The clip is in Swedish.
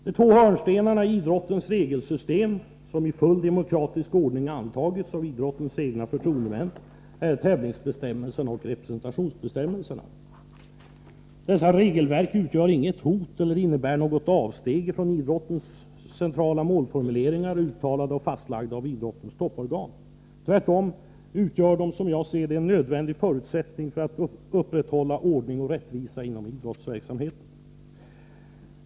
De två hörnstenarna i idrottens regelsystem, som i fullt demokratisk ordning antagits av idrottens egna förtroendemän, är tävlingsbestämmelserna och representationsbestämmelserna. Dessa regelverk utgör inget hot mot och inget avsteg från idrottsrörelsens centrala målformuleringar, uttalade och fastlagda av idrottens topporgan. Tvärtom utgör de, som jag ser det, en nödvändig förutsättning för att man skall kunna upprätthålla ordning och rättvisa inom idrottsverksamheten.